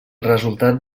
resultat